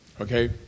okay